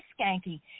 skanky